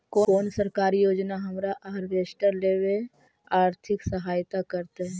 कोन सरकारी योजना हमरा हार्वेस्टर लेवे आर्थिक सहायता करतै?